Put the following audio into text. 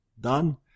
done